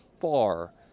far